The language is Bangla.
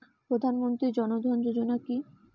প্রধান মন্ত্রী জন ধন যোজনা কি?